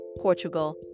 Portugal